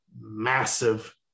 massive